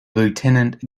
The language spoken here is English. lieutenant